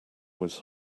was